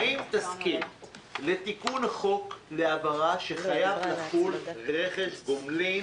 האם תסכים לתיקון חוק להעברה שחייב לחול רכש גומלין